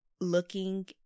looking